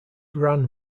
ran